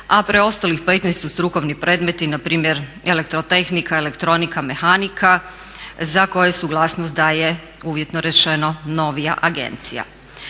a preostalih 15 su strukovni predmeti na primjer elektrotehnika, elektronika, mehanika za koje suglasnost daje uvjetno rečeno novija agencija.